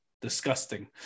Disgusting